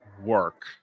work